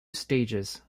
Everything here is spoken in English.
stages